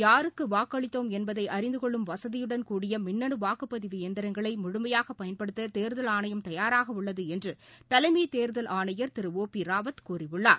யாருக்குவாக்களித்தோம் தேர்தலில் என்பதைஅறிந்துகொள்ளும் வசதியுடன் க்படிய மின்னணவாக்குப்பதிவு எந்திரங்களைமுழுமையாகபயன்படுத்ததேர்தல் ஆணையம் தயாராகஉள்ளதுஎன்றுதலைமைதேர்தல் ஆணையர் திரு ஒ பிராவத் கூறியுள்ளார்